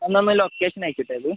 എന്നാൽ ഒന്ന് ലൊക്കേഷൻ അയച്ചിട്ടേക്ക്